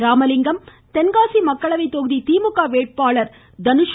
ராமலிங்கம் தென்காசி மக்களவை தொகுதி திமுக வேட்பாளர் தனுஷ்